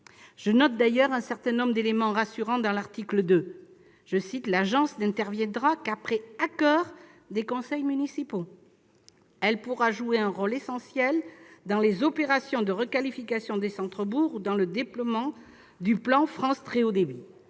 Je note d'ailleurs un certain nombre d'éléments rassurants à l'article 2. Ainsi, l'agence n'interviendra qu'après accord des conseils municipaux. Elle pourra jouer un rôle essentiel dans les opérations de requalification des centres-bourgs ou dans le déploiement du plan France très haut débit.